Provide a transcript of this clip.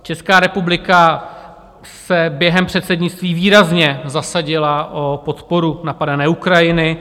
Česká republika se během předsednictví výrazně zasadila o podporu napadené Ukrajiny.